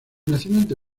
nacimiento